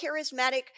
charismatic